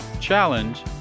challenge